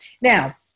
Now